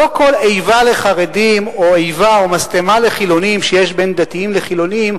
לא כל איבה לחרדים או איבה או משטמה לחילונים שיש בין דתיים לחילונים,